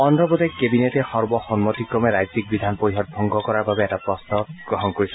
অভ্ৰপ্ৰদেশ কেবিনেটে সৰ্বসন্মতিক্ৰমে ৰাজ্যিক বিধান পৰিষদ ভংগ কৰাৰ বাবে এটা প্ৰস্তাৱ গ্ৰহণ কৰিছে